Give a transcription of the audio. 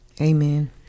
Amen